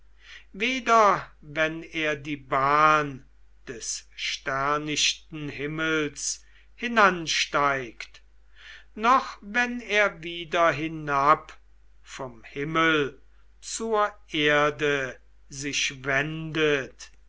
wenn er die bahn des sternichten himmels hinansteigt noch wenn er wieder hinab vom himmel zur erde sich wendet